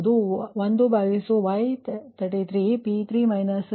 ಆದ್ದರಿಂದ ಈ ಎಲ್ಲಾ ಮೌಲ್ಯಗಳನ್ನು V3 ಸಮೀಕರಣವಾಗಿರುವುದಕ್ಕಾಗಿ ಈ ಎಲ್ಲಾ ಮೌಲ್ಯಗಳನ್ನು ಇರಿಸಿ